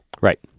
Right